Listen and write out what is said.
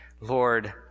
Lord